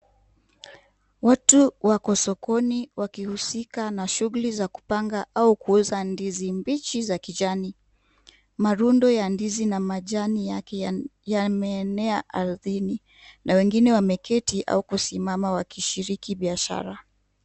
Watu wako sokoni wakishughulika na shughuli za kupanga au kuuza ndizi mbichi za kijani. Marundo ya ndizi majani yake yameenea ardhini na wengine wameketi au kusimama wakishiriki biashara.